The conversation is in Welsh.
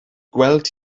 gweld